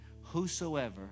Whosoever